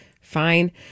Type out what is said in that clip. Fine